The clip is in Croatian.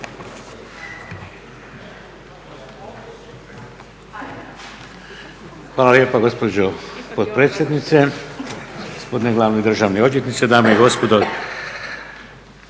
Hvala lijepa gospođo potpredsjednice, gospodine glavni državni odvjetniče, dame i gospodo.